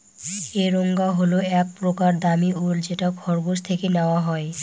angora হল এক প্রকার দামী উল যেটা খরগোশ থেকে নেওয়া হয়